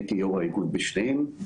הייתי יו"ר האיגוד בשניהם.